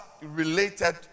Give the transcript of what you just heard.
related